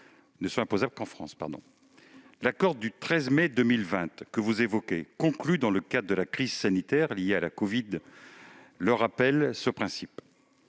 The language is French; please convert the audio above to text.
ne sont imposables qu'en France. L'accord du 13 mai 2020 que vous évoquez, conclu dans le cadre de la crise sanitaire liée à la covid, rappelle ce principe.